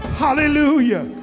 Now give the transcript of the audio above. hallelujah